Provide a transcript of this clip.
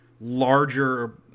larger